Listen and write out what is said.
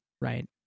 Right